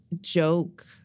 joke